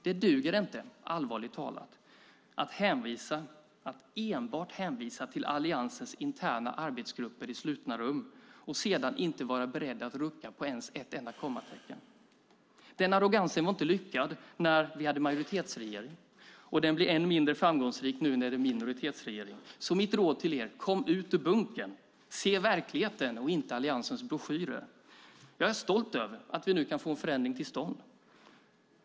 Det duger inte, allvarligt talat, att enbart hänvisa till Alliansens interna arbetsgrupper i slutna rum och sedan inte vara beredda att rucka på ens ett enda kommatecken. Den arrogansen var inte lyckad när vi hade majoritetsregering. Den blir än mindre framgångsrik nu när det är en minoritetsregering. Mitt råd till er är: Kom ut ur bunkern! Se verkligheten och inte Alliansens broschyrer! Jag är stolt över att vi nu kan få en förändring till stånd.